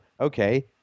Okay